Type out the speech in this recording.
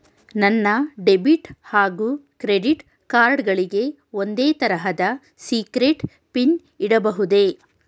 ನನ್ನ ಡೆಬಿಟ್ ಹಾಗೂ credit card ಗಳಿಗೆ ಒಂದೇ ತರಹದ ಸೀಕ್ರೇಟ್ ಪಿನ್ ಇಡಬಹುದೇ?